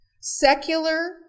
Secular